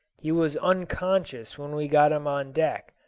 he was unconscious when we got him on deck,